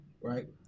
right